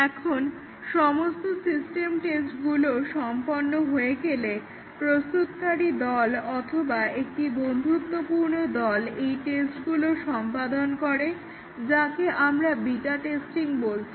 এখন সমস্ত সিস্টেম টেস্টগুলো সম্পন্ন হয়ে গেলে প্রস্তুতকারী দল অথবা একটি বন্ধুত্বপূর্ণ দল এই টেস্টগুলো সম্পাদন করে যাকে আমরা বিটা টেস্টিং বলছি